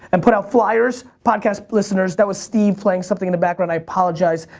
and put out flyers. podcast listeners, that was steve playing something in the background, i apologize,